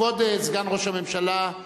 כבוד סגן ראש הממשלה,